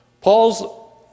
Paul's